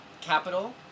capital